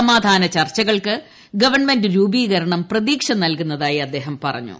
സമാധാന ചർച്ചകൾക്ക് ഗവൺമെന്റ് രൂപീകരണം പ്രതീക്ഷ നൽകുന്നതായി അദ്ദേഹം പറഞ്ഞു